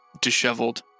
disheveled